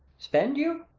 spend you!